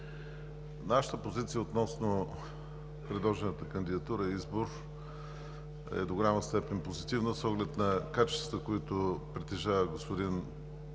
Нашата позиция относно предложената кандидатура и избор е до голяма степен позитивна с оглед качествата, които притежава професор Петко